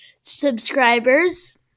subscribers